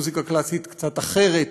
מוזיקה קלאסית קצת אחרת,